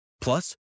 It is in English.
Plus